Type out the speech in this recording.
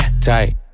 tight